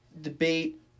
debate